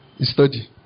Study